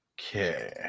Okay